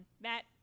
Matt